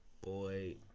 boy